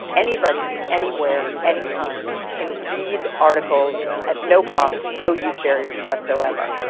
anybody, anywhere, any time can read articles at no cost, no use barriers whatsoever.